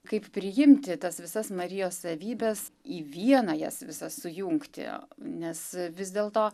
kaip priimti tas visas marijos savybes į vieną jas visas sujungti nes vis dėl to